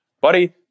buddy